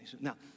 Now